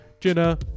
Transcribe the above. Jenna